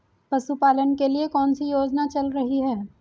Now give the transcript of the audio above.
पशुपालन के लिए कौन सी योजना चल रही है?